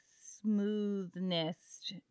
smoothness